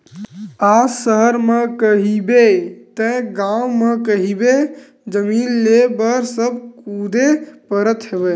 आज सहर म कहिबे ते गाँव म कहिबे जमीन लेय बर सब कुदे परत हवय